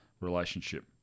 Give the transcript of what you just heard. relationship